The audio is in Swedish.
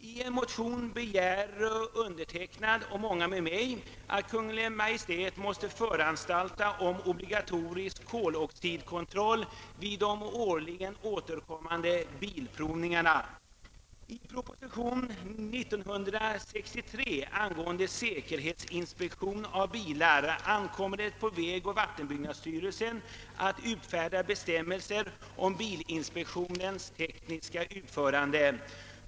I en motion begär jag och många med mig att Kungl. Maj:t måtte föranstalta om obligatorisk koloxidkontroll vid de regelbundet återkommande bilprovningarna. Enligt en proposition från 1963 angående säkerhetsinspektion av bilar ankommer det på vägoch vattenbyggnadsstyrelsen att utfärda bestämmelser om bilinspektionens tekniska utförande.